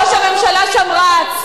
ראש הממשלה שם רץ,